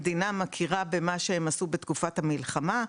המדינה מכירה במה שהם עשו בתקופת המלחמה.